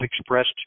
expressed